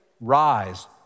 rise